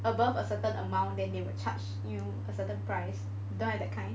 above a certain amount then they will charge you a certain price don't have that kind